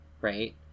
right